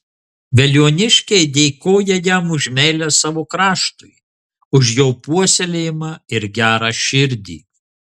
veliuoniškiai dėkoja jam už meilę savo kraštui už jo puoselėjimą ir gerą širdį